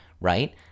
right